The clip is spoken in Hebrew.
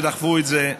שדחפו את זה,